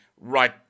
right